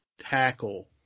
tackle